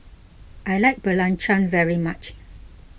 I like Belacan very much